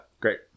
great